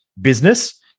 business